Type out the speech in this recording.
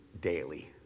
daily